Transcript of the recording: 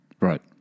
right